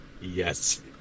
Yes